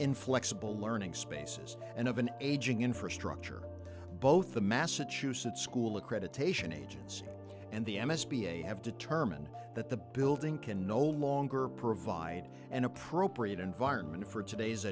inflexible learning spaces and of an aging infrastructure both the massachusetts school accreditation agency and the m s p a have determined that the building can no longer provide an appropriate environment for today's